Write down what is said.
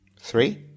Three